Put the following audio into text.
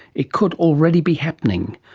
it could already be happening.